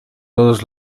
todos